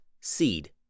seed